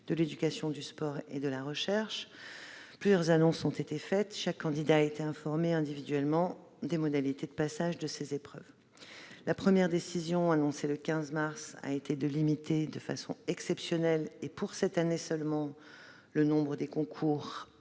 de l'éducation, du sport et de la recherche. Plusieurs annonces ont été faites, et chaque candidat a été informé individuellement des modalités de passage de ses épreuves. La première décision, annoncée le 15 mars, a été la limitation, à titre exceptionnel, et pour cette année seulement, du nombre de concours